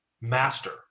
master